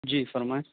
جی فرمائیں